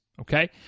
Okay